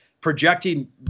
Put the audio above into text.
projecting